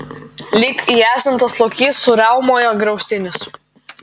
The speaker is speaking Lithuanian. lyg įerzintas lokys suriaumojo griaustinis